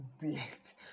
blessed